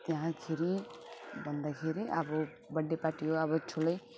त्यहाँ खेरि भन्दाखेरि अब बर्थ डे पार्टी हो अब ठुलै